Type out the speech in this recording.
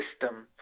system